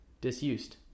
disused